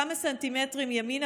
כמה סנטימטרים ימינה,